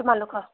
তোমালোকৰ